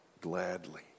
Gladly